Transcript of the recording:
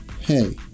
Hey